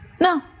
No